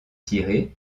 tirées